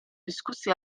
discussi